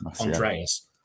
Andreas